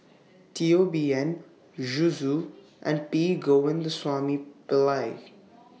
Teo Bee Yen Zhu Xu and P Govindasamy Pillai